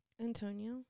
Antonio